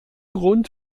grund